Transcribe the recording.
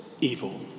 evil